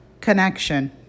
Connection